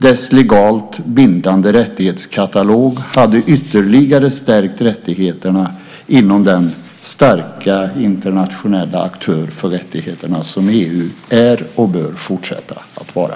Dess legalt bindande rättighetskatalog hade ytterligare stärkt rättigheterna inom den starka internationella aktör för rättigheterna som EU är och bör fortsätta att vara.